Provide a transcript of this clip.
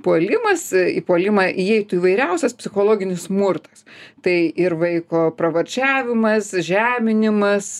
puolimas į puolimą įeitų įvairiausias psichologinis smurtas tai ir vaiko pravardžiavimas žeminimas